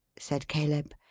said caleb.